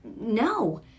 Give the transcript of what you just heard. no